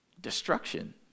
destruction